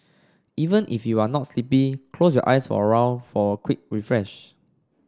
even if you are not sleepy close your eyes for a while for quick refresh